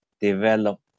develop